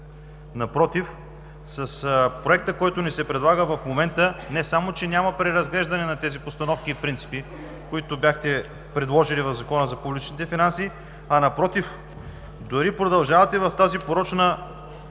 Напротив, с проекта, който ни се предлага в момента, не само че няма преразглеждане на тези постановки и принципи, които бяхте предложили в Закона за публичните финанси, а напротив, дори продължавате в тази порочна